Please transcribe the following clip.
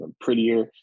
prettier